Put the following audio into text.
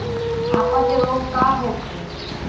अपच रोग का होखे?